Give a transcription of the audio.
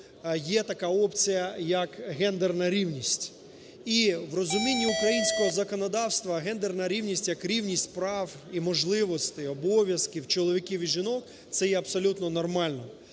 є така опції як гендерна рівність. І в розумінні українського законодавства гендерна рівність як рівність прав і можливостей, обов'язків чоловіків і жінок це є абсолютно нормально.